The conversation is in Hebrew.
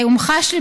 והומחש לי,